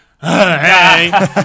Hey